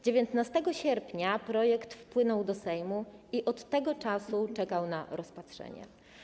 19 sierpnia projekt wpłynął do Sejmu i od tego czasu czekał na rozpatrzenie.